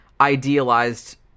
idealized